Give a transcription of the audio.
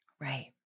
right